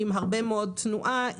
עם הרבה מאוד תנועה,